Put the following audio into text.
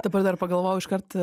dabar dar pagalvojau iškart